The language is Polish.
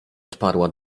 odparła